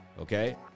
Okay